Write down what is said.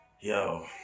yo